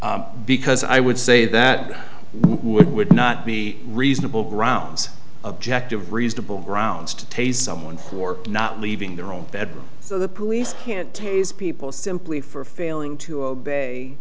because i would say that it would not be reasonable grounds objective reasonable grounds to tase someone for not leaving their own bed so the police can't tase people simply for failing to obey